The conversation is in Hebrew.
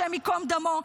השם ייקום דמו,